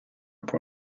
può